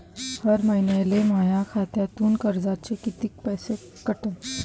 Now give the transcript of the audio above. हर महिन्याले माह्या खात्यातून कर्जाचे कितीक पैसे कटन?